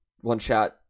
one-shot